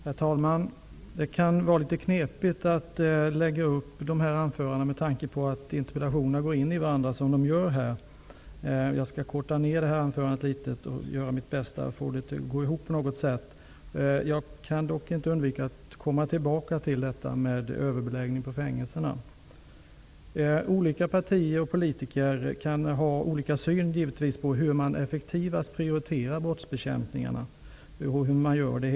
Herr talman! Det kan vara litet knepigt att lägga upp anförandena med tanke på att interpellationerna, som i det här fallet, går in i varandra. Jag skall korta ner mitt anförande litet och göra mitt bästa för att det på något sätt skall gå ihop. Jag kan dock inte undvika att komma tillbaka till frågan om överbeläggning vid fängelserna. Olika partier och politiker kan givetvis ha olika syn på hur man effektivast prioriterar metoderna för brottsbekämpningen.